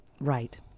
right